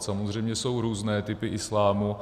Samozřejmě jsou různé typy islámu.